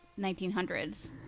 1900s